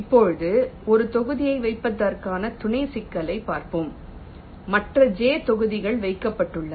இப்போது ஒரு தொகுதியை வைப்பதற்கான துணை சிக்கலைப் பார்த்தோம் மற்ற j தொகுதிகள் வைக்கப்பட்டுள்ளன